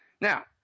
Now